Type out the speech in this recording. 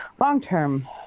long-term